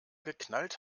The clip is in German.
geknallt